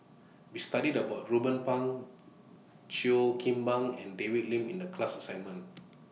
We studied about Ruben Pang Cheo Kim Ban and David Lim in The class assignment